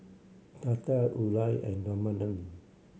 Tata Udai and Ramanand